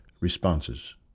responses